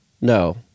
no